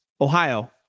Ohio